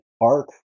arc